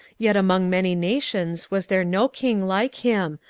yet among many nations was there no king like him,